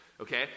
Okay